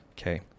Okay